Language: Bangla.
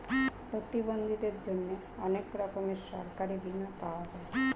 প্রতিবন্ধীদের জন্যে অনেক রকমের সরকারি বীমা পাওয়া যায়